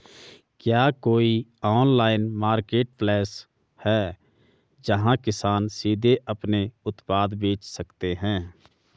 क्या कोई online marketplace है, जहां किसान सीधे अपने उत्पाद बेच सकते हैं?